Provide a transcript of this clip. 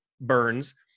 burns